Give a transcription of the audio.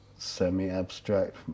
semi-abstract